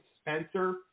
Spencer